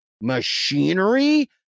machinery